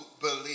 believe